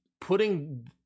putting